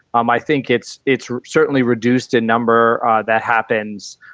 um i think it's it's certainly reduced in number that happens.